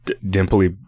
dimply